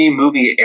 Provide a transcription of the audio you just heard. movie